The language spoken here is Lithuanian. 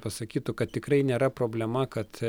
pasakytų kad tikrai nėra problema kad